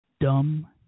dumb